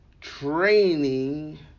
training